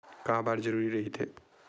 का बार जरूरी रहि थे?